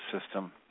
system